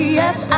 yes